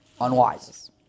unwise